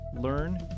learn